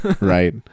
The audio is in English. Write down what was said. right